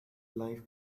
life